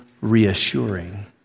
reassuring